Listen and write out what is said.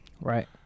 Right